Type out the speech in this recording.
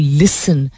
listen